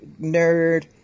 nerd